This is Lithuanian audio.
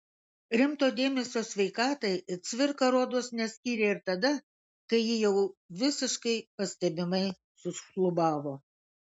rimto dėmesio sveikatai cvirka rodos neskyrė ir tada kai ji jau visiškai pastebimai sušlubavo